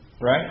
right